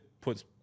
puts